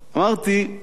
אמרתי: